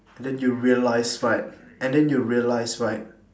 and then you realised right and then you realised right